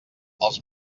els